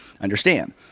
understand